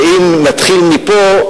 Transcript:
ואם נתחיל מפה,